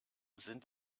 sind